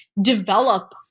develop